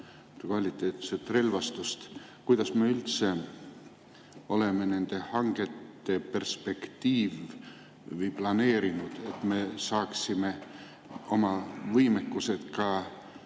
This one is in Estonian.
kvaliteetset relvastust. Kuidas me üldse oleme nende hangete perspektiivi planeerinud, et me saaksime oma võimekused ka